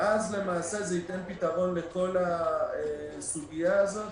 ואז זה ייתן פתרון לכל הסוגיה הזאת.